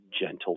gentle